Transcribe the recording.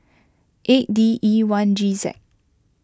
eight D E one G Z